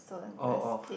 oh oh